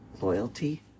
loyalty